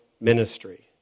ministry